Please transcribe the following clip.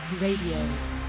Radio